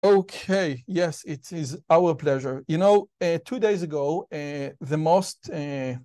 אוקיי, נכון, זה אהבה שלנו. אתם יודעים, שתי ימים אגב, הכי...